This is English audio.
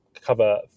cover